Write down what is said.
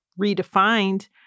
redefined